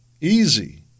easy